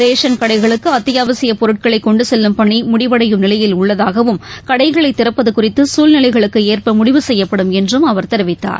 ration கடைகளுக்குஅத்தியாவசியப் பொருட்களைகொண்டுசெல்லும் பணிழடிவடையும் நிலையில் உள்ளதாகவும் கடைகளைதிறப்பதுகுறித்துகுழ்நிலைகளுக்குஏற்பமுடிவு செய்யப்படும் என்றும் அவர் தெரிவித்தார்